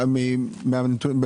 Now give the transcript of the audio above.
מדינתנו